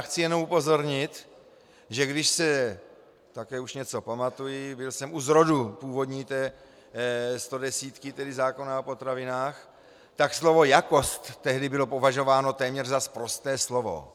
Chci jenom upozornit, že když se také už něco pamatuji, byl jsem u zrodu původní stodesítky, tedy zákona o potravinách, tak slovo jakost tehdy bylo považováno téměř za sprosté slovo.